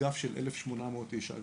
אגף של 1,800 איש.